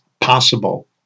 possible